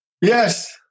Yes